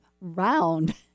round